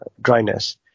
dryness